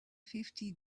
fifty